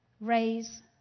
raise